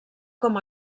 com